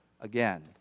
again